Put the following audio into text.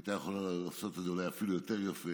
הייתה יכולה לעשות את זה אולי אפילו יותר יפה,